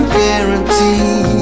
guarantee